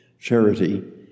charity